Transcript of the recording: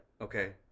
Okay